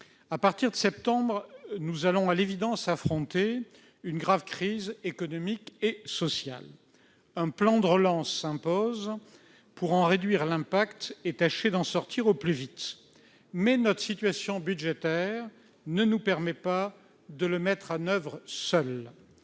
À partir de septembre prochain, nous allons à l'évidence affronter une grave crise économique et sociale. Un plan de relance s'impose pour en réduire l'impact et tâcher d'en sortir au plus vite. Mais notre situation budgétaire ne nous permet pas de le mettre en oeuvre seuls